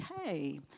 okay